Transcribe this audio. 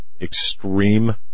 extreme